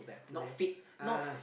not fit ah